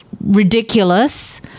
ridiculous